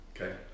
Okay